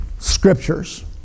scriptures